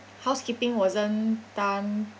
housekeeping wasn't done